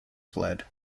fled